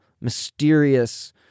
mysterious